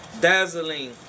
dazzling